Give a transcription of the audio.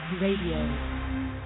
Radio